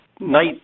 night